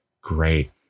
great